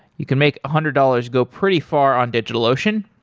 you can make a hundred dollars go pretty far on digitalocean.